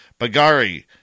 Bagari